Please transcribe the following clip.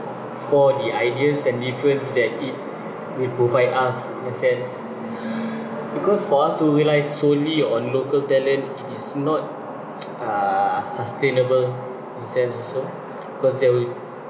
for the ideas and difference that it will provide us in a sense because for us to rely solely on local talent it is not uh sustainable in a sense also cause there won't